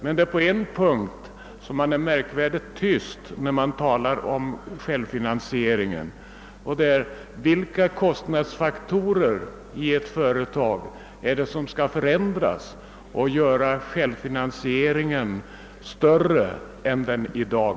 Men på en punkt är man märkvärdigt tyst när man talar om självfinansieringen, nämligen vilka kostnadsfaktorer i ett företag som skall ändras för att göra självfinansieringen större än den är i dag.